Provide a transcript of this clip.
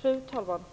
Fru talman!